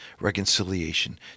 reconciliation